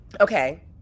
Okay